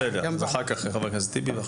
אחר כך חבר הכנסת טיבי.